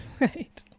Right